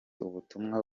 ubutumwa